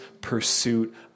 pursuit